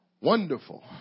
wonderful